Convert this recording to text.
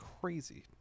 crazy